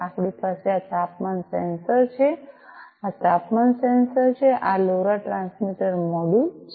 આપણી પાસે આ તાપમાન સેન્સર છે આ તાપમાન સેન્સર છે આ લોરા ટ્રાન્સમીટર મોડ્યુલ છે